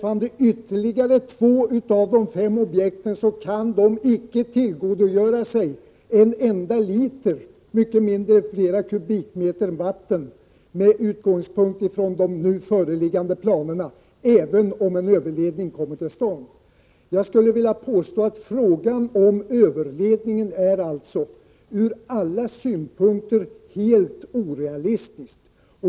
Och för ytterligare två av de fem objekten gäller att de med utgångspunkt i de föreliggande planerna icke kan tillgodogöra sig en enda liter, än mindre flera kubikmeter, vatten även om en överledning kommer till stånd. Jag skulle vilja påstå att överledning från alla synpunkter är helt orealistisk.